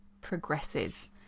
progresses